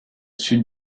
sud